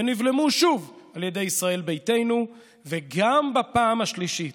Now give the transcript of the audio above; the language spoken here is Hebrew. ונבלמו שוב על ידי ישראל ביתנו, וגם בפעם השלישית